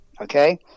okay